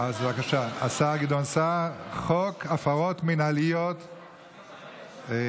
אז בבקשה, גדעון סער, חוק הפרות מינהליות ואכיפתן.